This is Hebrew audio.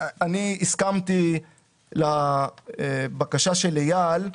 אני הסכמתי לבקשה של אייל,